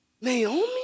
Naomi